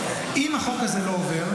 וזה החלק הראשון שבחוק שמדבר,